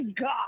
God